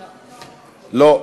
לא.